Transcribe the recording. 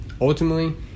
Ultimately